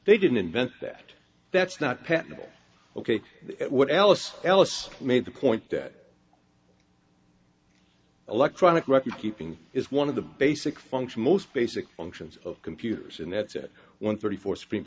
they didn't invent that that's not patentable ok what else else made the point that electronic record keeping is one of the basic functions most basic functions of computers and that's at one thirty four supreme